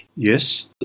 Yes